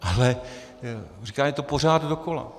Ale říkám, je to pořád dokola.